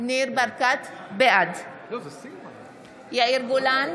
בעד יאיר גולן,